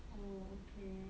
oh okay